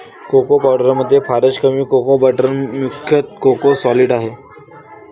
cocoa पावडरमध्ये फारच कमी कोको बटर मुख्यतः कोको सॉलिड आहे